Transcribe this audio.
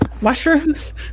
mushrooms